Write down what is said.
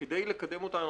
כדי לקדם אותה,